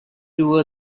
two